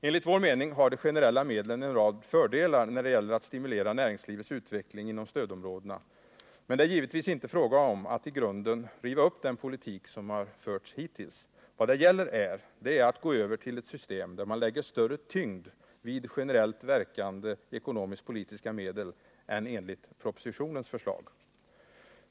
Enligt vår mening har de generella medlen en rad fördelar när det gäller att stimulera näringslivets utveckling inom stödområdena, men det är givetvis inte fråga om att i grunden riva upp den politik som har förts hittills. Vad det gäller är att gå över till ett system där man lägger större tyngd vid generellt verkande ekonomiskt-politiska medel än enligt propositionens förslag.